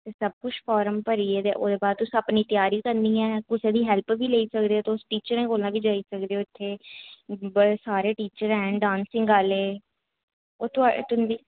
एह् सबकुछ फार्म भरियै ते ओह्दे बाद तुस अपनी तेआरी करनी ऐ कुसै दी हेल्प बी लेई सकदे तुस टीचरें कोल बी जाई सकदे ओ इत्थे बड़े सारे टीचर हैन डासिंग आह्ले होर थुआढ़े तुं'दी